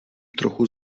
trochu